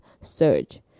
surge